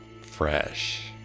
fresh